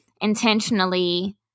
intentionally